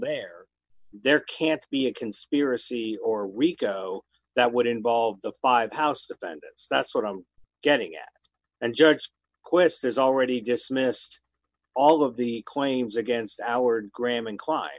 there there can't be a conspiracy or rico that would involve the five house sentence that's what i'm getting at and judge quest is already dismissed all of the claims against our graham inclined